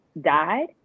died